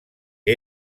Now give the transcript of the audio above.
que